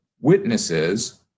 witnesses